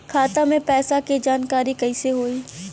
खाता मे पैसा के जानकारी कइसे होई?